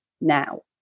now